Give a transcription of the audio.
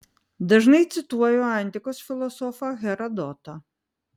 dažnai cituoju antikos filosofą herodotą